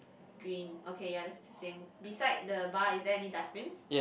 green okay ya that's the same beside the bar is there any dustbins